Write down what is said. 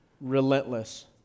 relentless